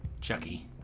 Chucky